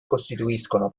costituiscono